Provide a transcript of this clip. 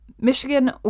Michigan